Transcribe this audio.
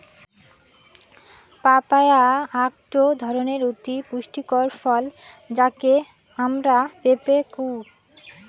papaya আকটো ধরণের অতি পুষ্টিকর ফল যাকে আমরা পেঁপে কুহ